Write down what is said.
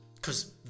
Cause